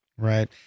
Right